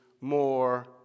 more